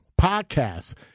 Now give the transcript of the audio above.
podcasts